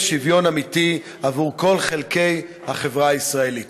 שוויון אמיתי עבור כל חלקי החברה הישראלית.